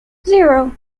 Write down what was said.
zero